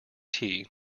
tea